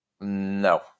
no